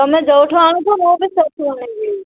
ତମେ ଯେଉଁଠୁ ଆଣୁଛ ମୁଁ ବି ସେଇଠୁ ଆଣିବି